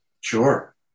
Sure